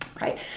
right